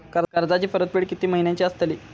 कर्जाची परतफेड कीती महिन्याची असतली?